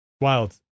Wild